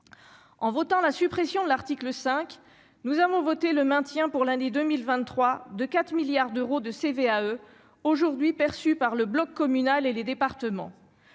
En votant la suppression de l'article 5 nous avons voté le maintien, pour l'année 2023 de 4 milliards d'euros de CVAE aujourd'hui perçue par le bloc communal et les départements,